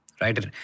right